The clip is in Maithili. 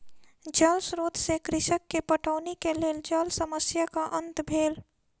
जल स्रोत से कृषक के पटौनी के लेल जल समस्याक अंत भेल